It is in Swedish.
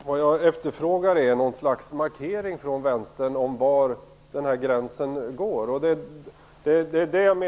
Fru talman! Vad jag efterfrågar är något slags markering från Vänstern av var gränsen går.